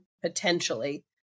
potentially